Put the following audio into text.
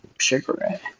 cigarette